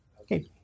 Okay